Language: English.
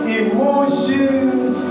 emotions